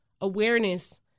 awareness